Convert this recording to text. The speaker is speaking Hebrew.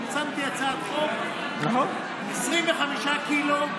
שמתי הצעת חוק, 25 קילו.